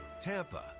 TAMPA